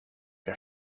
wir